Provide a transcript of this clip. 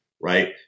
right